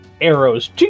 arrows